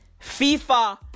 FIFA